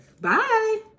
Bye